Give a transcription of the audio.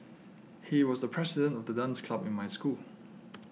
he was the president of the dance club in my school